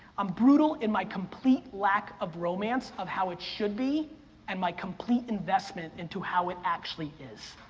i'm brutal in my complete lack of romance of how it should be and my complete investment into how it actually is.